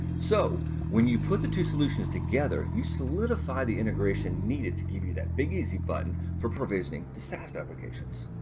so when you put the two solutions together, you solidify the integration needed to give you that big easy button for provisioning to saas applications.